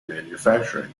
manufacturing